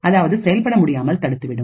அதாவது செயல்பட முடியாமல் தடுத்துவிடும்